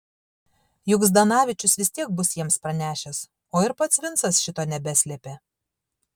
juk zdanavičius vis tiek bus jiems pranešęs o ir pats vincas šito nebeslėpė